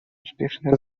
успешное